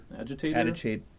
Agitator